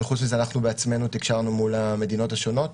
וחוץ מזה אנחנו בעצמנו תקשרנו מול המדינות השונות.